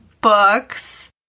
books